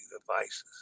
devices